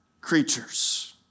creatures